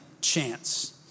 chance